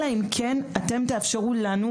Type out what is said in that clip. אלא אם כן אתם תאפשרו לנו,